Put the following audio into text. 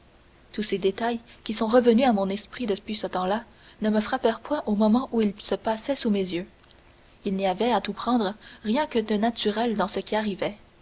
tous ces détails qui sont revenus à mon esprit depuis ce temps-là ne me frappèrent point au moment où ils se passaient sous mes yeux il n'y avait à tout prendre rien que de naturel dans ce qui arrivait